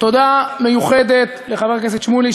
תודה מיוחדת לחבר הכנסת שמולי,